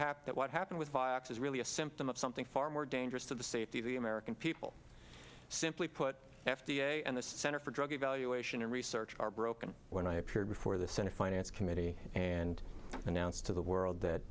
happed that what happened with vioxx is really a symptom of something far more dangerous to the safety of the american people simply put f d a and the center for drug evaluation and research are broken when i appeared before the senate finance committee and announced to the world that